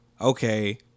okay